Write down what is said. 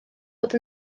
bod